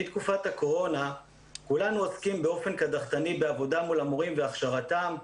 מתקופת הקורונה כולנו עוסקים באופן קדחתני בעבודה מול המורים והכשרתם.